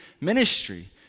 ministry